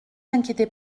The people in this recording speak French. inquiétez